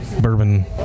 bourbon